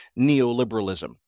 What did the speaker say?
neoliberalism